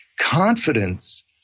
Confidence